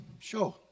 Sure